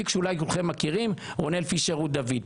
התיק שאולי כולכם מכירים רונאל פישר ורות דוד,